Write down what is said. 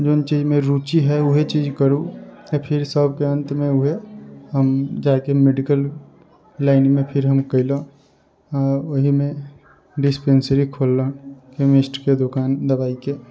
जे चीजमे रुचि हइ ओएह चीज करु आ फिर सभके अन्तमे ओएह हम जाकऽ मेडिकल लाइनमे फिर हम कयलहुँ आ ओहीमे डिस्पेन्सरी खोललहुँ कैमिस्टके दोकान दवाइके